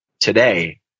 today